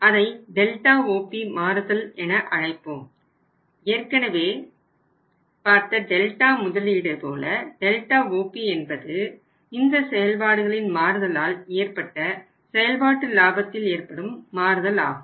அதை delta OP என்பது இந்த செயல்பாடுகளின் மாறுதலால் ஏற்பட்ட செயல்பாட்டு லாபத்தில் ஏற்படும் மாறுதல் ஆகும்